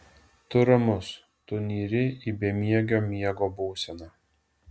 tu ramus tu nyri į bemiegio miego būseną